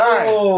Nice